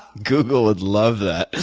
google would love that.